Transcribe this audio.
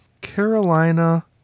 Carolina